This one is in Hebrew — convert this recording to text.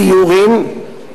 סיורים,